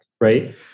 Right